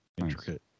intricate